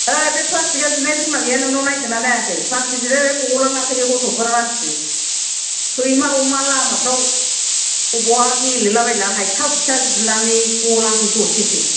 ओइ बे प्लासथिकआ जिनाय दं ना गैया नोंनाव नायदों ना नायाखै प्लासथिक जिलायनाय गलाङाखै बे गथ'फोर मानसि सैमा अमा लामाफ्राव अबावबा गेलेलाबायना हायथा हुइथा जिनानै गलाङाखै बे दरसेसो